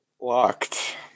locked